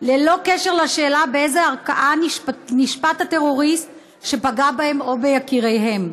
ללא קשר לשאלה באיזו ערכאה נשפט הטרוריסט שפגע בהם או ביקיריהם.